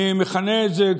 אני מכנה את זה,